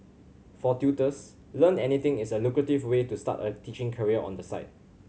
for tutors Learn Anything is a lucrative way to start a teaching career on the side